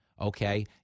okay